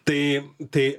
tai tai